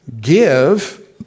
Give